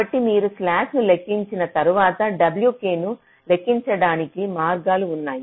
కాబట్టి మీరు స్లాక్ ను లెక్కించిన తర్వాత wk ను లెక్కించడానికి మార్గాలు ఉన్నాయి